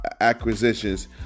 acquisitions